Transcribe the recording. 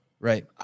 Right